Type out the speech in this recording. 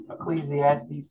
Ecclesiastes